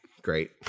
great